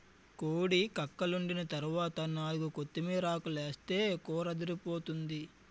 కోడి కక్కలోండిన తరవాత నాలుగు కొత్తిమీరాకులేస్తే కూరదిరిపోతాది